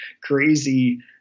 crazy